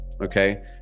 okay